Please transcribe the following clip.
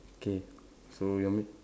okay so you want me